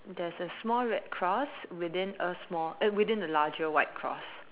there's a small red cross within a small eh within a larger white cross